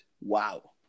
Wow